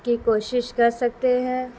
کی کوشش کر سکتے ہیں